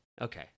Okay